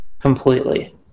completely